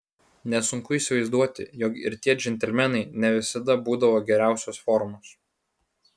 nesunku įsivaizduoti jog ir tie džentelmenai ne visada būdavo geriausios formos